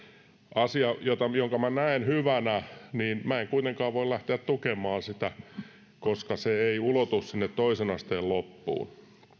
asiaa jonka minä näen hyvänä en kuitenkaan voi lähteä tukemaan koska se ei ulotu sinne toisen asteen loppuun